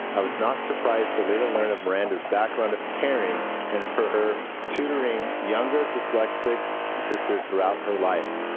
i was not surprised to later learn of miranda's background of caring and for her tutoring younger dyslexic sister throughout her life.